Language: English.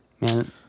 Man